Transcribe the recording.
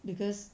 because